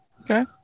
Okay